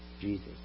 Jesus